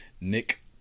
Nick